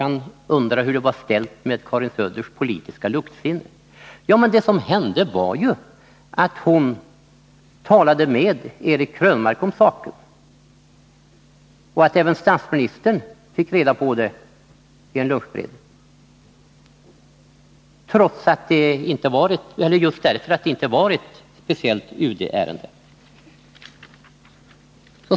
Han undrade hur det var ställt med Karin Söders politiska luktsinne. Det som hände var ju att hon talade med Eric Krönmark om saken och att även statsministern fick reda på det vid en lunchberedning, just därför att det inte var ett speciellt UD-ärende.